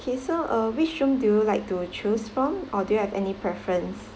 okay so uh which room do you like to choose from or do you have any preference